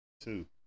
two